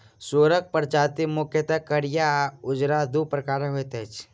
सुगरक प्रजाति मुख्यतः करिया आ उजरा, दू प्रकारक होइत अछि